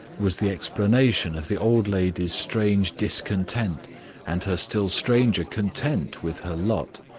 was the explanation of the old lady's strange discontent and her still stranger content with her lot.